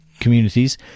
communities